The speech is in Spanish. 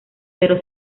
pero